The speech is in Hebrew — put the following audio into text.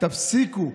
תפסיקו.